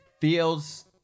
feels